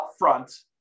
upfront